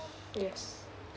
yes